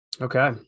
Okay